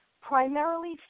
Primarily